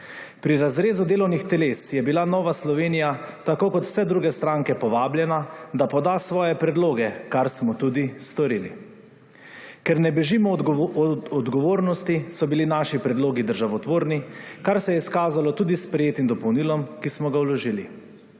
Pri razrezu delovnih teles je bila Nova Slovenija tako kot vse druge stranke povabljena, da poda svoje predloge, kar smo tudi storili. Ker ne bežimo od odgovornosti, so bili naši predlogi državotvorni, kar se je izkazalo tudi s sprejetim dopolnilom, ki smo ga vložili.